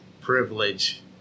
privilege